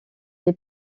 les